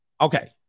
Okay